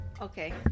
Okay